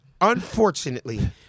Unfortunately